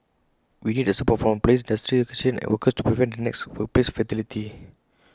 we need the support from employers industry associations and workers to prevent the next workplace fatality